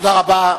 תודה רבה.